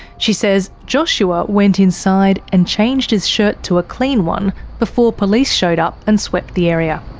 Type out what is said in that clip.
she says joshua went inside and changed his shirt to a clean one before police showed up and swept the area.